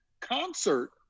concert